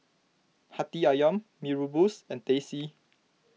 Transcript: Hati Ayam Mee Rebus and Teh C